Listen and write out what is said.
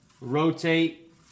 rotate